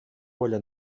воля